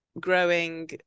growing